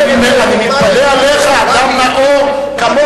לא היו לי שיעורי, אני מתפלא עליך, אדם נאור כמוך.